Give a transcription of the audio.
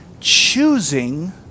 choosing